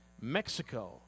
Mexico